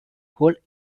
hold